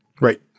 Right